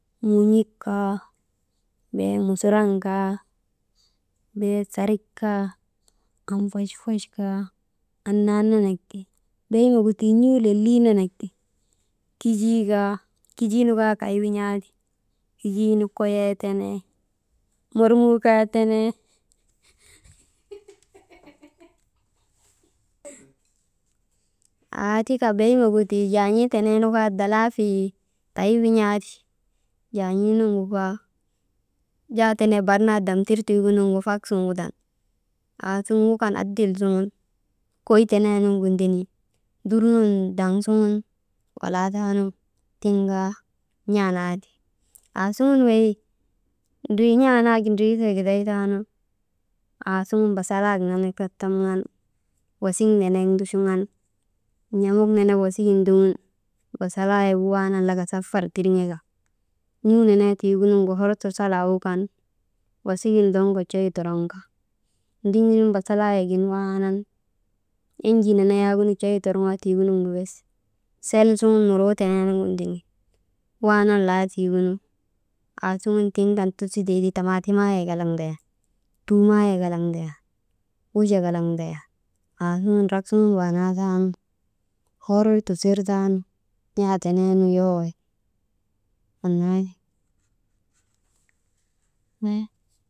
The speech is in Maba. Mun̰ik kaa, bee musuran kaa, bee sarik kaa, anfachfach kaa annaa nenek ti, beyimegu tii n̰uu lolii nenek ti kijii kaa, kijii nu kaa kay win̰aa ti,. Kijiinu koyee tene mormuu kaa tene, aatika tii beyimegu tii jaan̰ii tenenu kaa dalaafii kay win̰aati jaan̰iinuŋgu kaa jaa tenee bar naa dam tirtiigunuŋgu fak sun wudan, aasuŋun wukan adil suŋun koy teneenuŋgu ndenin dur nun daŋ suŋun walaa taanu tiŋ kaa n̰aa naa ti. Aasuŋun wey ndri n̰aa naa ndritee giday taanu, aasuŋun basalaayek nenek tattamaŋan, wasik nenek nduchuŋan n̰amuk nenek wasigin ndoŋun basalaayegu waanan laka safar tirŋeka, n̰uu nee tiigunuŋgu hor sasalaa wukan, wasigin ndoŋka coy toroŋka, ndiŋirin kasalaayegin waanan enjii nenee yak coy torŋootigunuŋgu bes sel suŋun muruu teneenuŋgu ndenin waanan laa tiigunu aasuŋun tiŋkan tusitee ti tamaatimaayek kalak ndayan, tuumayek kalak ndayan wujak kalak ndayan, aasuŋun drak suŋun baanaa taanu hor tusir taanu n̰aa tenen yowooti annaa ti.